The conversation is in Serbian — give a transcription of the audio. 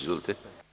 Izvolite.